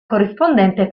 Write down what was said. corrispondente